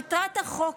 מטרת החוק